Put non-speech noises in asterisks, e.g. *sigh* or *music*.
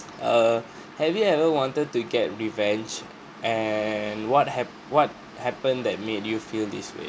err *breath* have you ever wanted to get revenge and what hap~ what happened that made you feel this way